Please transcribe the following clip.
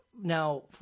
now